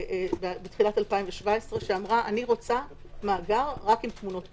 בתחילת 2017 שאמרה: אני רוצה מאגר רק עם תמונות פנים.